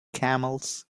camels